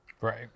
Right